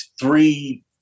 three